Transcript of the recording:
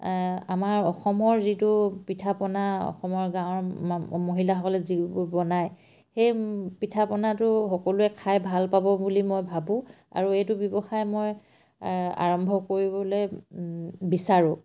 আমাৰ অসমৰ যিটো পিঠা পনা অসমৰ গাঁৱৰ মহিলাসকলে যিবোৰ বনায় সেই পিঠা পনাটো সকলোৱে খাই ভাল পাব বুলি মই ভাবোঁ আৰু এইটো ব্যৱসায় মই আৰম্ভ কৰিবলে বিচাৰোঁ